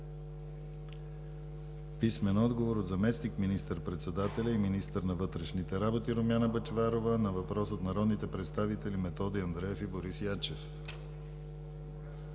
писмен отговор от заместник министър-председателя и министър на вътрешните работи Румяна Бъчварова на въпрос от народните представители Методи Андреев и Борис Ячев;